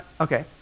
Okay